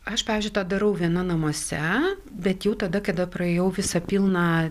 aš pavyzdžiui tą darau viena namuose bet jau tada kada praėjau visą pilną